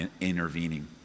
intervening